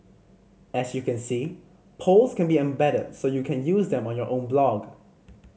as you can see polls can be embedded so you can use them on your own blog